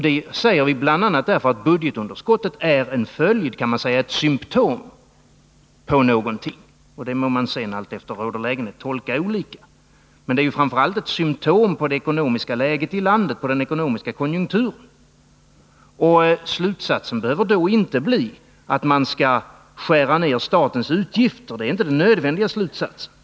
Det säger vi bl.a. därför att budgetunderskottet är ett symtom på någonting. Detta någonting må man sedan efter råd och lägenhet tolka olika, men det är framför allt ett symtom på det ekonomiska läget i landet, på den ekonomiska konjunkturen. Slutsatsen behöver då inte bli att man skall skära ned statens utgifter. Det är i varje fall inte den nödvändiga slutsatsen.